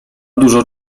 dużo